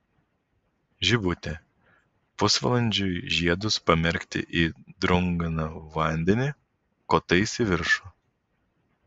žibutė pusvalandžiui žiedus pamerkti į drungną vandenį kotais į viršų